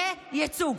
יהיה ייצוג.